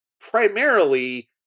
primarily